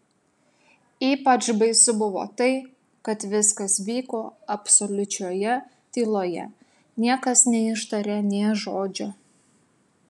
ypač baisu buvo tai kad viskas vyko absoliučioje tyloje niekas neištarė nė žodžio